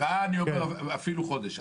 לגבי ההתראה אפילו חודש.